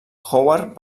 howard